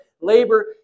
labor